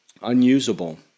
unusable